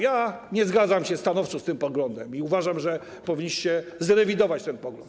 Ja nie zgadzam się stanowczo z tym poglądem i uważam, że powinniście zrewidować ten pogląd.